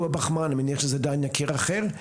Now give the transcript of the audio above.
אני מניח שזה דן יקיר אחר?